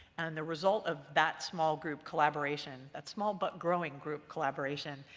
and the result of that small group collaboration, that small but growing group collaboration,